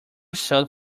sold